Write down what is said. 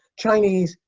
chinese,